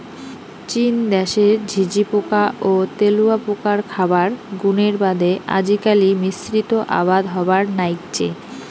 চীন দ্যাশের ঝিঁঝিপোকা ও তেলুয়াপোকার খাবার গুণের বাদে আজিকালি মিশ্রিত আবাদ হবার নাইগচে